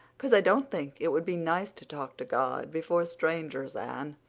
cause i don't think it would be nice to talk to god before strangers, anne.